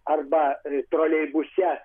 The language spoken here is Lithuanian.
arba troleibuse